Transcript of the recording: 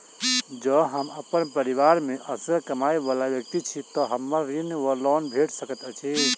जँ हम अप्पन परिवार मे असगर कमाई वला व्यक्ति छी तऽ हमरा ऋण वा लोन भेट सकैत अछि?